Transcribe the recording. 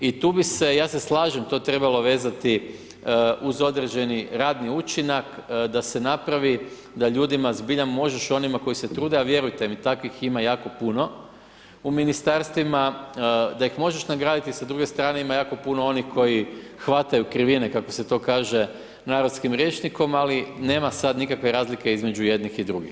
I tu bi se, ja se slažem to trebalo vezati uz određeni radni učinak da se napravi da ljudima zbilja možeš, onima koji se trude a vjerujte mi takvih ima jako puno u ministarstvima, da ih možeš nagraditi, s druge ima jako puno onih koji hvataju krivine, kako se to kaže narodskim rječnikom ali nema sad nikakve razlike između jednih i drugih.